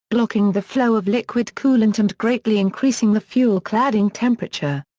blocking the flow of liquid coolant and greatly increasing the fuel cladding temperature.